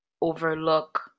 overlook